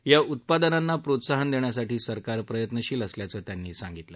या उत्पादनांना प्रोत्साहन देण्यासाठी सरकार प्रयत्नशील असल्याचं त्यांनी सांगितलं